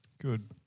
Good